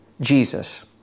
Jesus